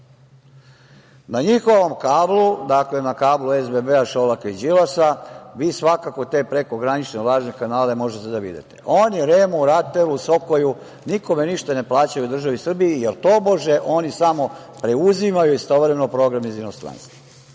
Na njihovom kablu, dakle na kablu SBB-a Šolaka i Đilasa vi svakako te prekogranične lažne kanale možete da vidite. Oni REM-u, RATEL-u, SOKOJ-u, nikome ništa ne plaćaju u državi Srbiji, jer, tobože, oni samo preuzimaju istovremeno program iz inostranstva